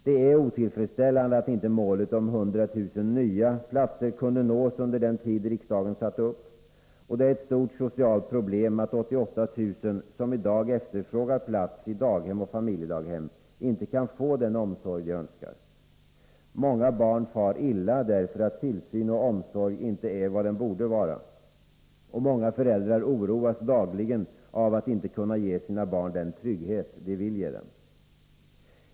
Det är otillfredsställande att inte målet om 100 000 nya platser kunde nås under den tid riksdagen satte upp. Och det är ett stort socialt problem att 88 000 som i dag efterfrågar plats i daghem och familjedaghem inte kan få den omsorg de önskar. Många barn far illa därför att tillsyn och omsorg inte är vad den borde vara. Och många föräldrar oroas dagligen av att inte kunna ge sina barn den trygghet de vill ge dem.